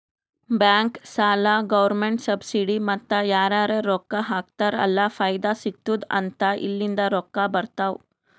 bank, ಸಾಲ, government subsidy ಮತ್ತ ಯಾರರೇ ರೊಕ್ಕಾ ಹಾಕ್ತಾರ್ ಅಲ್ಲ ಫೈದಾ ಸಿಗತ್ತುದ್ ಅಂತ ಇಲ್ಲಿಂದ್ ರೊಕ್ಕಾ ಬರ್ತಾವ್